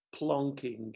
plonking